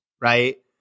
right